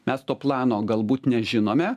mes to plano galbūt nežinome